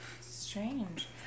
strange